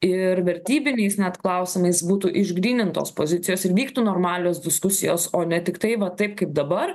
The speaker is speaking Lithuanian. ir vertybiniais net klausimais būtų išgrynintos pozicijos ir vyktų normalios diskusijos o ne tiktai va taip kaip dabar